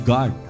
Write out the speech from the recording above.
God